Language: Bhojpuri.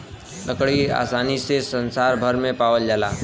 लकड़ी आसानी से संसार भर में पावाल जाला